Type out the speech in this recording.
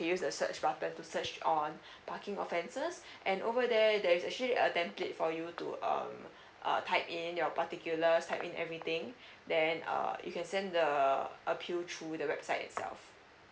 you can use the search button to search on parking offences and over there there is actually a template for you to um uh type in your particular type in everything then err you can send the appeal through the website itself